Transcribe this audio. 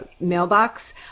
mailbox